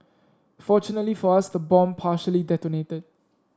fortunately for us the bomb partially detonated